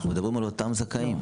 אנחנו מדברים על אותם זכאים.